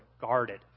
guarded